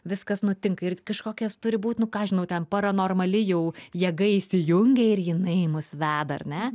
viskas nutinka ir kažkokias turi būt nu ką žinau ten paranormali jau jėga įsijungia ir jinai mus veda ar ne